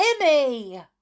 Timmy